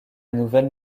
nouvelle